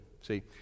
See